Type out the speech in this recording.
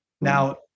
Now